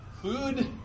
food